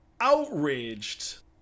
outraged